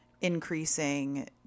increasing